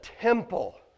temple